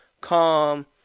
calm